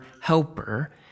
helper